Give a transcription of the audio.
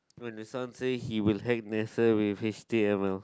when the son say he will hack N_A_S_A with h_t_m_l